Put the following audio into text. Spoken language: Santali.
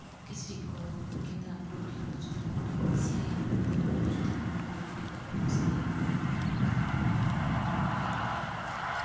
ᱠᱤᱪᱨᱤᱪ ᱠᱚ ᱜᱮᱸᱫᱟᱜ ᱞᱩᱜᱽᱲᱤᱡ ᱠᱚ ᱡᱩᱫᱤ ᱵᱚᱱ ᱥᱤᱞᱟᱹᱭ ᱚᱠᱛᱚ ᱡᱩᱫᱤ ᱢᱚᱱᱮ ᱩᱨᱤᱡ ᱠᱟᱛᱮᱜ ᱵᱚᱱ ᱥᱤᱞᱟᱹᱭᱟ ᱮᱸᱰᱮᱠᱷᱟᱱ ᱚᱸᱰᱮ ᱠᱷᱚᱱ ᱟᱵᱚ